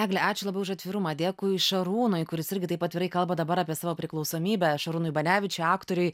egle ačiū labai už atvirumą dėkui šarūnui kuris irgi taip atvirai kalba dabar apie savo priklausomybę šarūnui banevičiui aktoriui